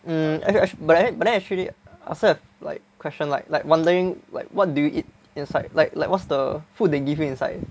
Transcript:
hmm act~ but then actually I also have like question like like wondering what what do you eat inside like like what's the food they give you inside